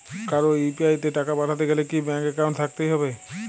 কারো ইউ.পি.আই তে টাকা পাঠাতে গেলে কি ব্যাংক একাউন্ট থাকতেই হবে?